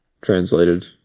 translated